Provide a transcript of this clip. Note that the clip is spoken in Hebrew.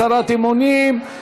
הצהרת אמונים),